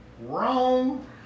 Wrong